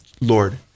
Lord